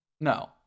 No